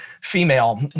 female